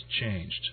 changed